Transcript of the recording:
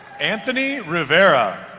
anthony rivera